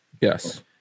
Yes